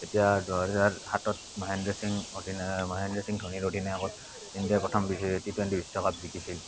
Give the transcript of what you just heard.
এতিয়া দুহেজাৰ সাতত মহেন্দ্ৰ সিং মহেন্দ্ৰ সিং ধোনিৰ অধিনায়কত ইণ্ডিয়াই প্ৰথম টি টুয়েণ্টি বিশ্বকাপ জিকিছিল